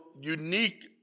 unique